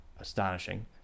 Astonishing